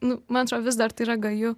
nu man atrodo vis dar tai yra gaju